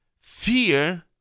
Fear